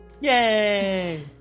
Yay